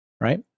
right